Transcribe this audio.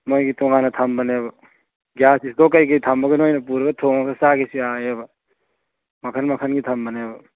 ꯅꯣꯏꯒꯤ ꯇꯣꯉꯥꯟꯅ ꯊꯝꯕꯅꯦꯕ ꯒ꯭ꯋꯥꯁ ꯏꯁꯇꯣꯛ ꯀꯔꯤ ꯀꯔꯤ ꯊꯝꯂꯒ ꯅꯣꯏꯅ ꯄꯨꯔꯒ ꯊꯣꯡꯂꯒ ꯆꯥꯒꯦꯁꯨ ꯌꯥꯏꯌꯦꯕ ꯃꯈꯟ ꯃꯈꯟꯒꯤ ꯊꯝꯕꯅꯦꯕ